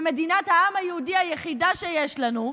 במדינת העם היהודי, היחידה שיש לנו,